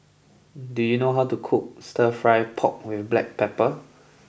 do you know how to cook Stir Fry Pork with black pepper